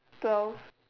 twelve